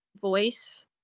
voice